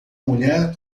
mulher